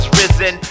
risen